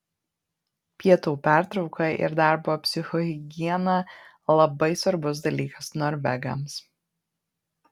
pietų pertrauka ir darbo psichohigiena labai svarbus dalykas norvegams